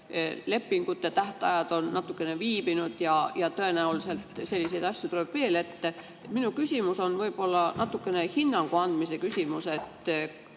lepingute tähtajad on natukene viibinud ja tõenäoliselt tuleb selliseid asju veel ette. Minu küsimus on võib-olla natukene hinnangu andmise küsimus: